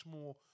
more